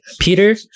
Peter